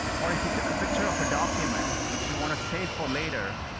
or, if you took a picture of a document which you want to save for later,